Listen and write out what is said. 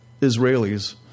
Israelis